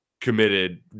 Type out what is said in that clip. committed